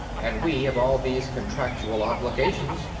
and we have all these contractual obligations,